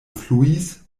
fluis